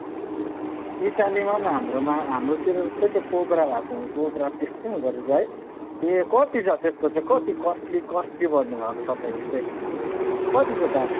इटालीमा पनि हाम्रोमा हाम्रोतिर जस्तै त्यो कोब्रा भएकोहरू कोब्रा त्यस्तै हुँदोरहेछ है ए कति छ त्यसको चाहिँ कति कस्टली कस्टली भन्नुभएको तपाईँले चाहिँ कति छ दाम